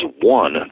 One